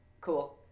Cool